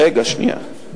רגע, שנייה.